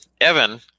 Evan